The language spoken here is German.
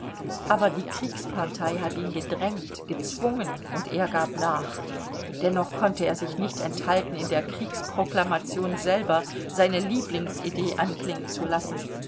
aber die kriegspartei hat ihn gedrängt gezwungen und er gab nach dennoch konnte er sich nicht enthalten in der kriegsproklamation selber seine lieblingsidee anklingen zu lassen